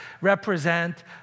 represent